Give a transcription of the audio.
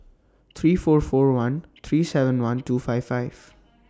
three four four one three seven one two five five